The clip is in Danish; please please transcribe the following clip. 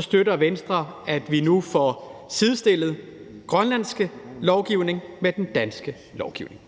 støtter Venstre, at vi nu får sidestillet den grønlandske lovgivning med den danske lovgivning.